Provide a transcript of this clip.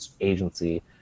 agency